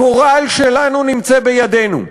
הגורל שלנו נמצא בידינו.